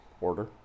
Order